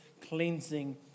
cleansing